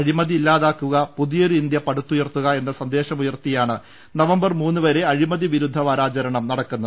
അഴിമതി ഇല്ലാതാക്കുക പുതിയൊരു ഇന്ത്യ പടുത്തുയർത്തുക എന്ന സന്ദേശമുയർത്തിയാണ് നവം ബർ മൂന്നുവരെ അഴിമതി വിരുദ്ധവാരാചരണം നടക്കുന്നത്